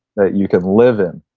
that you can live in,